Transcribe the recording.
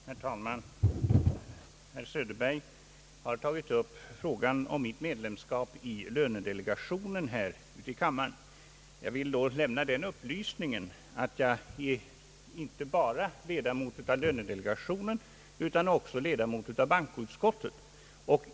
Herr talman! Herr Söderberg har här i kammaren tagit upp frågan om mitt medlemskap i lönedelegationen. Jag vill då lämna den upplysningen, att jag inte bara är ledamot av lönedelegatio nen utan också ledamot av bankoutskottet.